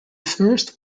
first